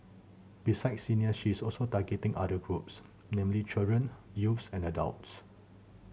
besides seniors she is also targeting other groups namely children youth and adults